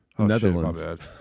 Netherlands